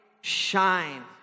shine